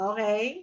Okay